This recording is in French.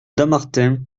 dammartin